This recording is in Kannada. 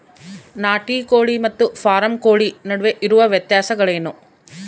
ನಾಟಿ ಕೋಳಿ ಮತ್ತು ಫಾರಂ ಕೋಳಿ ನಡುವೆ ಇರುವ ವ್ಯತ್ಯಾಸಗಳೇನು?